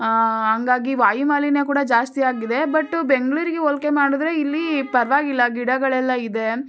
ಹಂಗಾಗಿ ವಾಯುಮಾಲಿನ್ಯ ಕೂಡ ಜಾಸ್ತಿ ಆಗಿದೆ ಬಟ್ಟು ಬೆಂಗಳೂರಿಗೆ ಹೋಲ್ಕೆ ಮಾಡಿದ್ರೆ ಇಲ್ಲಿ ಪರವಾಗಿಲ್ಲ ಗಿಡಗಳೆಲ್ಲ ಇದೆ